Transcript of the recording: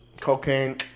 Cocaine